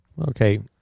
Okay